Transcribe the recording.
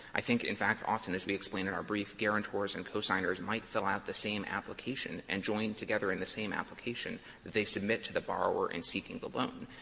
i think, in fact, often, as we explain in our brief, guarantors and cosigners might fill out the same application and join together in the same application that they submit to the borrower in seeking the loan.